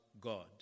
God